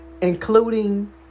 Including